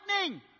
lightning